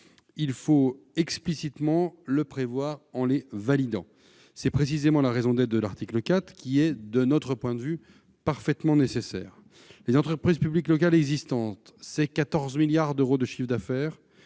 il faut explicitement le prévoir en les validant. C'est précisément la raison d'être de l'article 4, qui est donc parfaitement nécessaire. Les entreprises publiques locales existantes représentent près de 14 milliards d'euros de chiffre d'affaires